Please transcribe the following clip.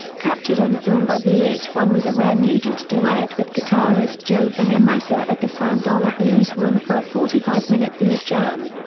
captured on film by v h one was a rare nugent duet with guitarist joe bonamassa at the sand dollar blues room for a forty five minute blues jam.